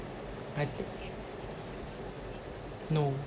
I th~ no